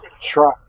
try